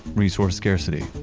resource scarcity,